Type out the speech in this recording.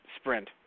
Sprint